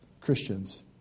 Christians